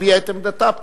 הביעה את עמדתה פה.